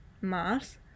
Mars